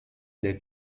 des